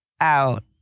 out